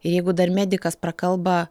ir jeigu dar medikas prakalba